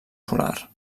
solar